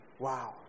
Wow